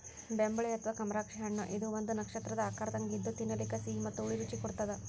ಬೆಂಬುಳಿ ಅಥವಾ ಕಮರಾಕ್ಷಿ ಹಣ್ಣಇದು ಒಂದು ನಕ್ಷತ್ರದ ಆಕಾರದಂಗ ಇದ್ದು ತಿನ್ನಲಿಕ ಸಿಹಿ ಮತ್ತ ಹುಳಿ ರುಚಿ ಕೊಡತ್ತದ